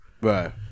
Right